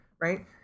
right